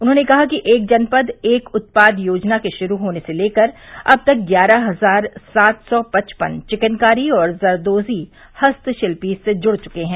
उन्होंने कहा कि एक जनपद एक उत्पाद योजना के शुरू होने से लेकर अब तक ग्यारह हजार सात सौ पचपन चिकनकारी और जरदोजी हस्तशिल्पी इससे जुड़ चुके हैं